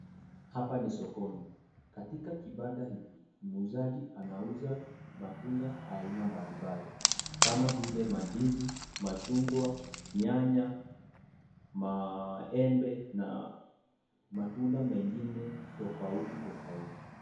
Hapa ni sokoni, katika kibanda hiki muuzaji anauza matunda haina mbalimbali kama vile mandizi, machungwa, nyanya, maembe na matunda mengine tofauti tofauti.